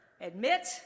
Admit